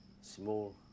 small